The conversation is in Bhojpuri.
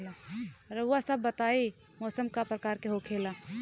रउआ सभ बताई मौसम क प्रकार के होखेला?